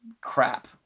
crap